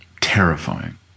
Terrifying